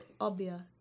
Obia